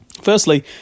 Firstly